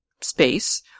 space